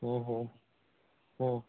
ਹੂੰ ਹੂੰ ਹੂੰ